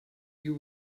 you